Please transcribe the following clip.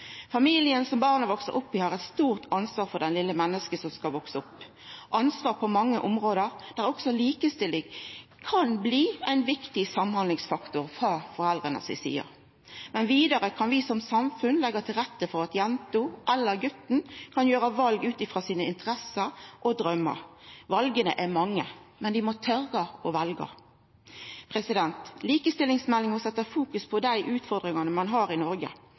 Familien som barnet veks opp i, har eit stort ansvar for det vesle mennesket som skal veksa opp – ansvar på mange område, der også likestilling kan bli ein viktig samhandlingsfaktor frå foreldra si side. Men vidare kan vi som samfunn leggja til rette for at jenta eller guten kan gjera val ut frå sine interesser og draumar. Vala er mange, men dei må tora å velja. Likestillingsmeldinga fokuserer på dei utfordringane vi har i Noreg.